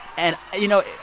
and, you know,